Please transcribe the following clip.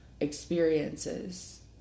experiences